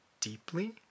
deeply